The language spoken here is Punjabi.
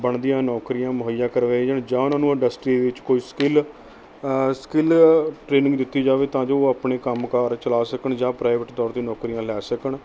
ਬਣਦੀਆਂ ਨੌਕਰੀਆਂ ਮੁਹੱਈਆ ਕਰਵਾਈ ਜਾਣ ਜਾਂ ਉਹਨਾਂ ਨੂੰ ਇੰਡਸਟਰੀ ਵਿੱਚ ਕੋਈ ਸਕਿੱਲ ਸਕਿੱਲ ਟ੍ਰੇਨਿੰਗ ਦਿੱਤੀ ਜਾਵੇ ਤਾਂ ਜੋ ਆਪਣੇ ਕੰਮ ਕਾਰ ਚਲਾ ਸਕਣ ਜਾਂ ਪ੍ਰਾਈਵੇਟ ਤੌਰ 'ਤੇ ਨੌਕਰੀਆਂ ਲੈ ਸਕਣ